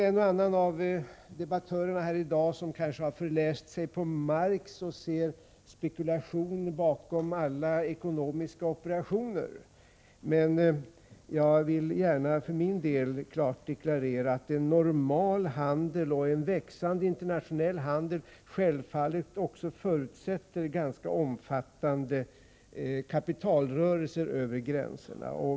En och annan av debattörerna här i dag har kanske förläst sig på Marx och ser spekulation bakom alla ekonomiska operationer. Jag vill för min del gärna klart deklarera att en normal handel och en växande internationell handel självfallet förutsätter ganska omfattande kapitalrörelser över gränserna.